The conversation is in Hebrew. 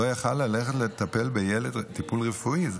לא יכול ללכת לטפל בילד טיפול רפואי.